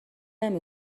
نمی